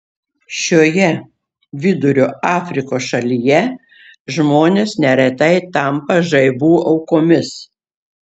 šioje vidurio afrikos šalyje žmonės neretai tampa žaibų aukomis